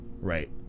right